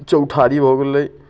चौठारी भऽ गेलै